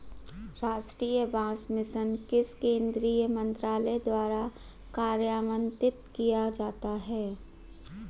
राष्ट्रीय बांस मिशन किस केंद्रीय मंत्रालय द्वारा कार्यान्वित किया जाता है?